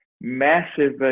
massive